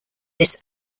this